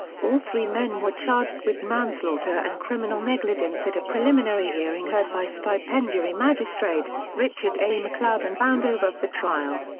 all three men were charged with manslaughter and criminal negligence at a preliminary hearing heard by stipendiary magistrate, richard a. mcleod and bound over for trial.